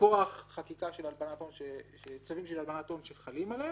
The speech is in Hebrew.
מכוח חקיקה של צווים של הלבנת הון שחלים עליו,